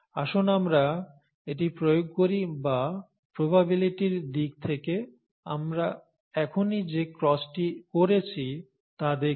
আসুন আমরা এটি প্রয়োগ করি বা প্রবাবিলিটির দিক থেকে আমরা এখনই যে ক্রসটি করেছি তা দেখি